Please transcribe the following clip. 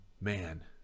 Man